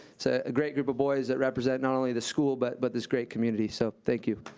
it's a ah great group of boys that represent not only the school, but but this great community, so thank you.